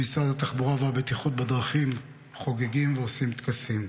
במשרד התחבורה והבטיחות בדרכים חוגגים ועושים טקסים.